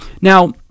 Now